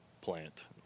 plant